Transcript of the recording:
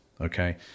okay